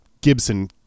Gibson